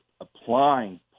applying